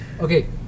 Okay